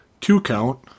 two-count